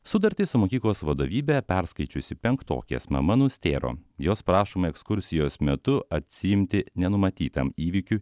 sutartį su mokyklos vadovybe perskaičiusi penktokės mama nustėro jos prašoma ekskursijos metu atsiimti nenumatytam įvykiui